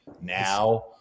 now